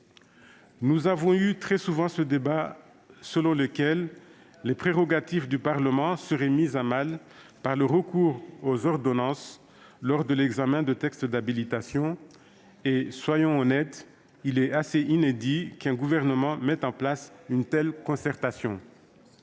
Nous avons souvent débattu de l'idée selon laquelle les prérogatives du Parlement seraient mises à mal par le recours aux ordonnances lors de l'examen de textes d'habilitation. Soyons honnêtes, il est assez inédit qu'un gouvernement mette en place une telle concertation